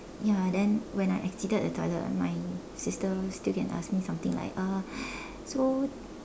ya then when I exited the toilet my sister still can ask me something like uh so